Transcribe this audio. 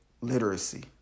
literacy